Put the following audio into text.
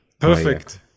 perfect